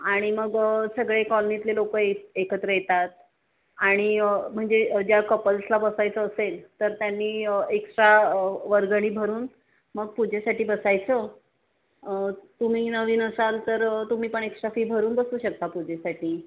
आणि मग सगळे कॉलनीतले लोक ए एकत्र येतात आणि म्हणजे ज्या कपल्सला बसायचं असेल तर त्यांनी एक्स्ट्रा वर्गणी भरून मग पूजेसाठी बसायचं तुम्ही नवीन असाल तर तुम्ही पण एक्स्ट्रा फी भरून बसू शकता पूजेसाठी